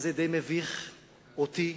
שזה די מביך אותי,